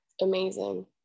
Amazing